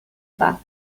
path